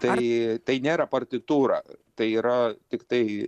tai tai nėra partitūra tai yra tiktai